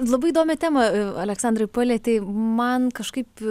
labai įdomią temą aleksandrai palietei man kažkaip